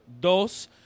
dos